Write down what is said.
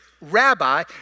Rabbi